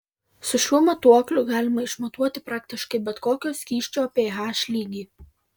su šiuo matuokliu galima išmatuoti praktiškai bet kokio skysčio ph lygį